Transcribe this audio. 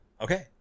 Okay